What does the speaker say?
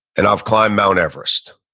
and i've climbed mount everest,